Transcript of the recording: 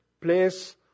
place